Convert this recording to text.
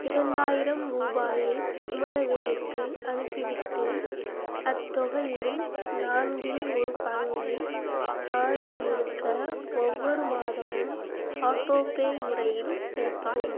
இரண்டாயிரம் ரூபாயை குமரவேலுக்கு அனுப்பிவிட்டு அத்தொகையின் நான்கில் ஒரு பங்கை ஆண்டு முழுக்க ஒவ்வொரு மாதமும் ஆட்டோபே முறையில் செலுத்தவும்